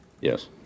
Yes